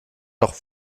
doch